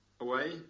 away